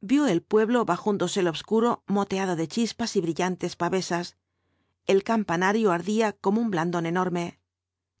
vio el pueblo bajo un dosel obscuro moteado de chispas y brilos cuatro jinbths dhl apocalipsis liantes pavesas el campanario ardía como un blandón enorme